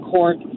Court